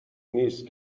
نیست